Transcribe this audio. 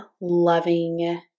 loving